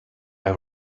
have